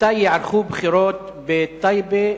מתי ייערכו בחירות בטייבה,